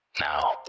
now